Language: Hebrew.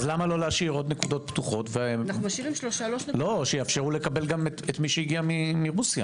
אז למה לא להשאיר עוד נקודות פתוחות שיאפשרו לקבל את מי שהגיע מרוסיה?